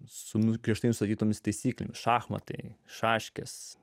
su nukišta išsakytomis taisyklėmis šachmatai šaškės